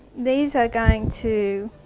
these are going to